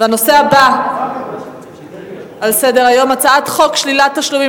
הנושא הבא על סדר-היום: הצעת חוק שלילת תשלומים